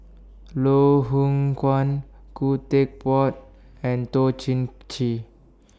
Loh Hoong Kwan Khoo Teck Puat and Toh Chin Chye